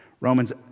Romans